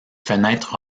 fenêtres